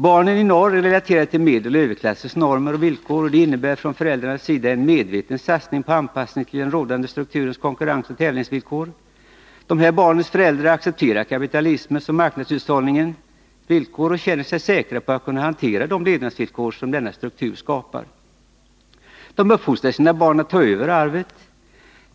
Barnen norr är relaterade till medeloch överklassens normer och villkor, och det innebär från föräldrarnas sida en medveten satsning på anpassning till den rådande strukturens konkurrens och tävlingsvillkor. Dessa barns föräldrar accepterar kapitalismens och marknadshushållningens betingelser och känner sig säkra på att kunna hantera de levnadsvillkor som denna struktur skapar. De uppfostrar sina barn att ta över arvet.